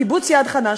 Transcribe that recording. קיבוץ יד-חנה,